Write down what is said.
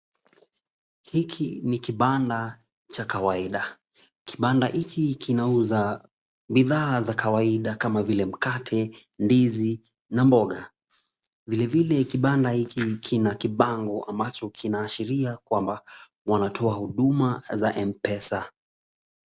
Hiki ni kibanda cha kawaida. Kibanda hiki kinauza bidhaa za kawaida kama vile mkate, ndizi na mboga. Vile vile kibanda hiki kina kibango kwa macho kinaashiria kwamba wanatoa huduma za M-Pesa.